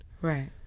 Right